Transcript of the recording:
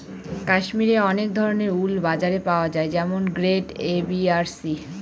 কাশ্মিরে অনেক ধরনের উল বাজারে পাওয়া যায় যেমন গ্রেড এ, বি আর সি